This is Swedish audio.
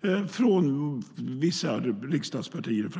framför allt från vissa riksdagspartier.